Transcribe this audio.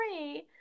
three